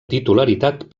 titularitat